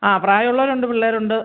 ആ പ്രായം ഉള്ളവരുണ്ട് പിള്ളേരുണ്ട്